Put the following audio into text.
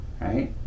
right